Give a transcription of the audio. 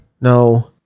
No